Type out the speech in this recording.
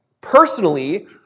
personally